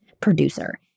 producer